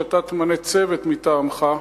שאתה תמנה צוות מטעמך,